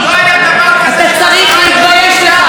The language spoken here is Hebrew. אתה צריך להתבייש לך.